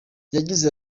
yagize